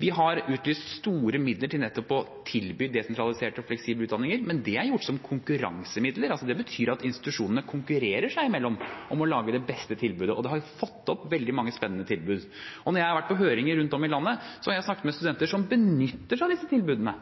Vi har utlyst store midler til nettopp å tilby desentraliserte og fleksible utdanninger, men det er gjort som konkurransemidler. Det betyr altså at institusjonene konkurrerer seg imellom om å lage det beste tilbudet, og det har fått frem mange veldig spennende tilbud. Når jeg har vært på høringer rundt om i landet, har jeg snakket med studenter som benytter seg av disse tilbudene,